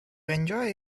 enjoy